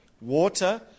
water